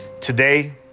today